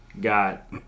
got